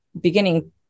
beginning